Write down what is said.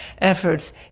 efforts